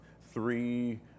three